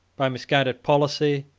by misguided policy,